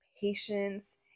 patience